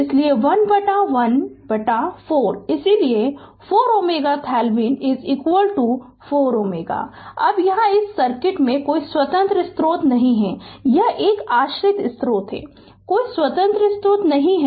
इसलिए 1 बटा 1 बटा 4 इसलिए 4 Ω RThevenin 4 Ω अब यहाँ इस सर्किट में कोई स्वतंत्र स्रोत नहीं है यह आश्रित स्रोत है कोई स्वतंत्र स्रोत नहीं है